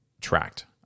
tracked